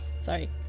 Sorry